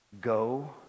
Go